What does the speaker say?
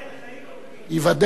ייבדל לחיים ארוכים.